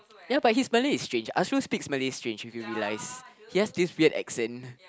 ya but his Malay is strange Asrul speaks Malay strange if you realised he has this weird accent